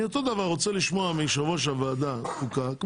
אותו דבר אני רוצה לשמוע מיושב ראש ועדת החוקה.